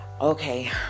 Okay